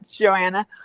Joanna